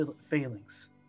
failings